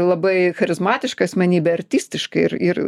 labai charizmatiška asmenybė artistiškai ir ir